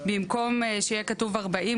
במקום שיהיה כתוב 40,